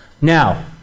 Now